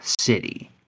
city